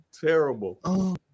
Terrible